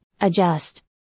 Adjust